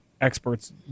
experts